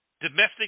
Domestic